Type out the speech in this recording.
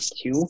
two